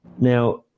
Now